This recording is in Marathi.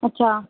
अच्छा